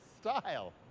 style